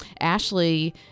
Ashley